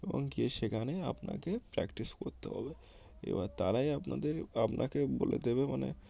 এবং গিয়ে সেখানে আপনাকে প্র্যাকটিস করতে হবে এবার তারাই আপনাদের আপনাকে বলে দেবে মানে